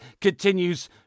continues